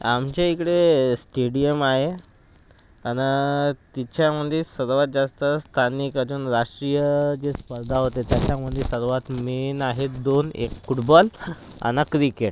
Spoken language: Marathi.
आमच्या इकडे स्टेडियम आहे आणि तिच्यामध्ये सगळ्यात जास्त स्थानिक अजून राष्ट्रीय जे स्पर्धा होते त्याच्यामध्ये सर्वांत मेन आहे दोन एक फुटबॉल आणि क्रिकेट